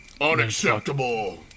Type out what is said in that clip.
Unacceptable